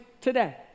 today